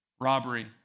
Robbery